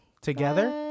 Together